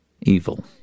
evil